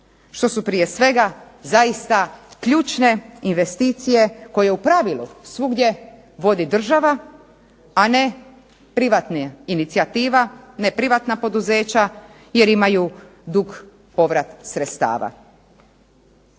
što su prije svega zaista ključne investicije koje u pravilu svugdje vodi država a ne privatna inicijativa, ne privatna poduzeća jer imaju dug povrat sredstava.